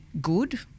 good